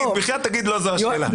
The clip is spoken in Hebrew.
תגיד שלא זו השאלה.